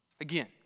Again